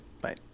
Bye